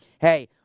Hey